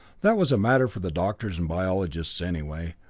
that was a matter for the doctors and biologists, anyway.